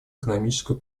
экономическую